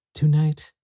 Tonight